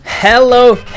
Hello